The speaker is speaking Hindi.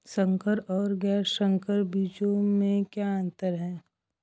संकर और गैर संकर बीजों में क्या अंतर है?